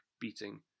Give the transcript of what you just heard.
beating